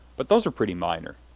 but those are pretty minor.